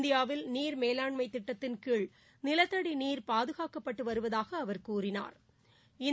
இந்தியாவின் நீா மேலாண்மைத் திட்டத்தின் கீழ் நிலத்தடி நீா பாதுகாக்கப்பட்டு வருவதாக அவர் கூறினா்